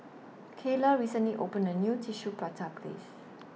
Kyleigh recently opened A New Tissue Prata Restaurant